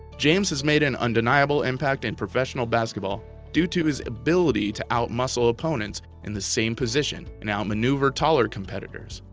james has made an undeniable impact in professional basketball due to his ability to out muscle opponents in the same position and out maneuver taller competitors.